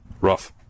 Rough